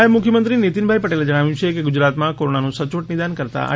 નાયબ મુખ્યમંત્રી નિતિનભાઈ પટેલે જણાવ્યુ છે કે ગુજરાતમાં કોરોનાનું સચોટ નિદાન કરતાં આર